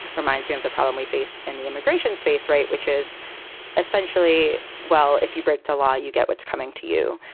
reminds me of the problem we face in the immigration space. right, which is essentially well, if you break the law, you get what's coming to you,